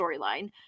storyline